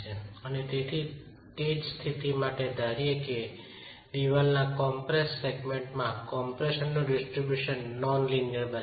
અને તેથી તે જ સ્થિતિ માટે ધારીએ કે દિવાલના કોમ્પ્રેસડ સેગમેન્ટમાં કમ્પ્રેશનનું વિતરણ બિન રેખીય બરાબર છે